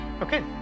Okay